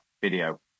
video